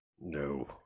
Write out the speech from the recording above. No